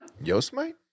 yosemite